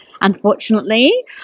unfortunately